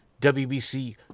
WBC